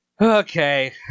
okay